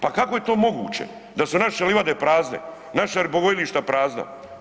Pa kako je to moguće da su naše livade prazne, naša ribogojilišta prazna?